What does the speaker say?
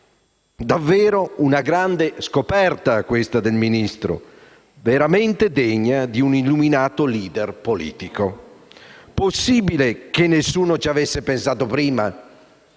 davvero di una grande scoperta questa del Ministro, veramente degna di un illuminato *leader* politico. Possibile che nessuno ci avesse pensato prima?